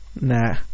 Nah